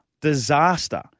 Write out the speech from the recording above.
Disaster